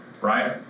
right